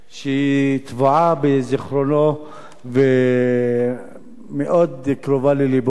שטבועה בזיכרונו ומאוד קרובה ללבו.